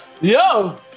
Yo